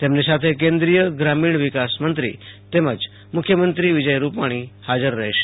તેમની સાથે કેન્દ્રીય ગ્રામીણ વિકાસમંત્રી તેમજ મુખ્યમંત્રી વિજય રૂપાણી હાજર રહેશે